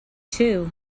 too